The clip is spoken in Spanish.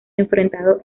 enfrentado